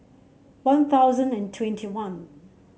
One Thousand and twenty one